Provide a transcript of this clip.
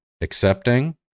Accepting